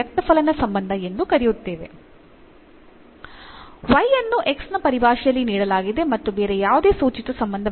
y ಅನ್ನು x ನ ಪರಿಭಾಷೆಯಲ್ಲಿ ನೀಡಲಾಗಿದೆ ಮತ್ತು ಬೇರೆ ಯಾವುದೇ ಸೂಚಿತ ಸಂಬಂಧವಿಲ್ಲ